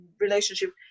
relationship